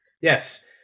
Yes